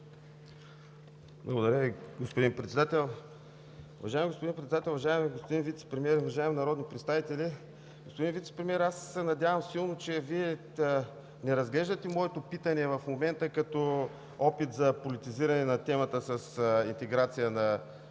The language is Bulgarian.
Благодаря Ви, господин Председател. Уважаеми господин Председател, уважаеми господин Вицепремиер, уважаеми народни представители! Господин Вицепремиер, аз силно се надявам, че Вие не разглеждате моето питане в момента като опит за политизиране на темата с интеграция на